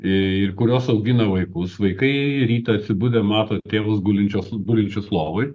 ir kurios augina vaikus vaikai rytą atsibudę mato tėvus gulinčius gulinčius lovoj